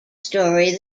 story